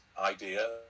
idea